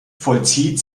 vollzieht